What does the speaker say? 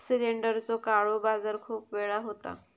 सिलेंडरचो काळो बाजार खूप वेळा होता